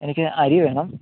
എനിക്ക് അരി വേണം